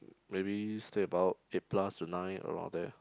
maybe stay about eight plus to nine around there